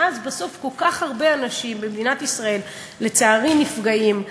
ואז בסוף כל כך הרבה אנשים במדינת ישראל לצערי נפגעים,